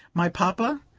my papa?